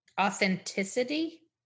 Authenticity